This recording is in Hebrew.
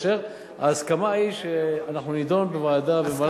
וההסכמה היא שאנחנו נדון בוועדה בפגרה.